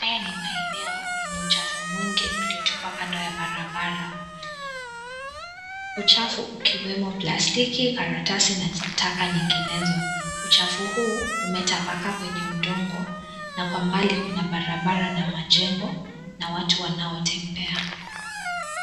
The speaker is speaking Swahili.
Haya ni maeneo yenye uchafu mwingi uliotupwa kando ya barabara. Uchafu ukiwemo plastiki karatasi na taka nyinginezo. Uchafu huu umetapakaa kwenye udongo na kwa mbali Kuna barabara na majengo na watu wanao tembea.